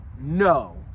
no